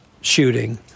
shooting